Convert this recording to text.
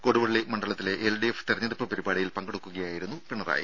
കൊടുവള്ളി മണ്ഡലത്തിലെ എൽഡിഎഫ് തെരഞ്ഞെടുപ്പ് പരിപാടിയിൽ പങ്കെടുക്കുകയായിരുന്നു പിണറായി